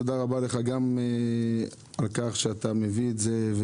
תודה רבה לך על כך שאתה מביא את זה.